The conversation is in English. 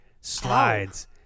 slides